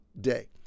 day